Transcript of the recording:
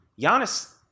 Giannis